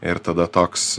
ir tada toks